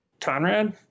Conrad